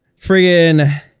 friggin